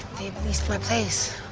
leased my place.